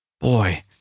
Boy